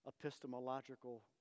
epistemological